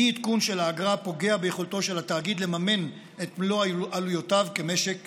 אי-עדכון של האגרה פוגע ביכולתו של התאגיד לממן את מלוא עלויותיו כמשק